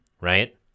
right